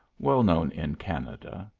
well known in canada,